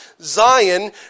Zion